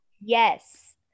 Yes